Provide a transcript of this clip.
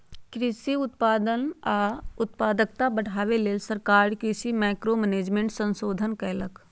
कृषि उत्पादन आ उत्पादकता बढ़ाबे लेल सरकार कृषि मैंक्रो मैनेजमेंट संशोधन कएलक